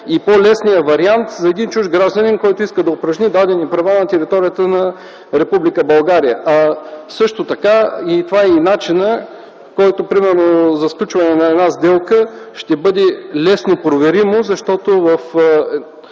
и по-лесния вариант един чужд гражданин, който иска да упражни дадени права на територията на Република България. Също така, това е и начинът, който за сключване на една сделка ще бъде лесно проверим, защото е